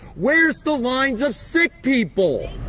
where's the lines of sick people?